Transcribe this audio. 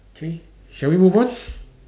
okay shall we move on